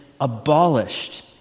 abolished